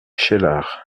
cheylard